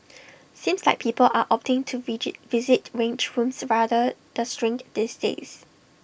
seems like people are opting to visit rage rooms rather the shrink these days